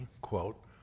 quote